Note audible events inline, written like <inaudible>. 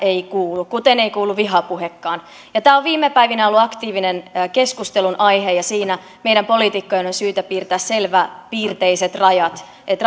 eivät kuulu kuten ei kuulu vihapuhekaan tämä on viime päivinä ollut aktiivinen keskustelunaihe ja siinä meidän poliitikkojen on syytä piirtää selväpiirteiset rajat että <unintelligible>